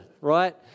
right